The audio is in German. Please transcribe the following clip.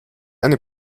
eine